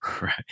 Right